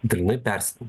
dalinai persidengia